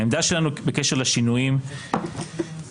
העמדה שלנו בקשר לשינויים האלה,